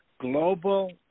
Global